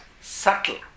subtle